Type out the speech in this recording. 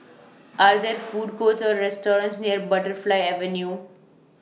Are There Food Courts Or restaurants near Butterfly Avenue